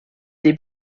des